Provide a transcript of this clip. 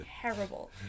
terrible